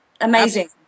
Amazing